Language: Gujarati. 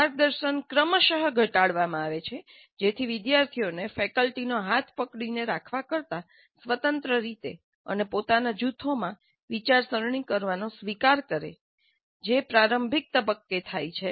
માર્ગદર્શન ક્રમશ ઘટાડવામાં આવે છે જેથી વિદ્યાર્થીઓ ફેકલ્ટી નો હાથ પકડી રાખવા કરતાં સ્વતંત્ર રીતે અને પોતાના જૂથોમાં વિચારસરણી કરવાનો સ્વીકાર કરે જે પ્રારંભિક તબક્કે થાય છે